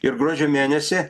ir gruodžio mėnesį